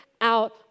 out